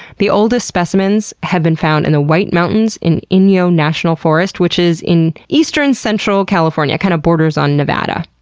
the oldest specimens have been found in the white mountains in inyo national forest, which is in eastern central california it kind of borders on nevada.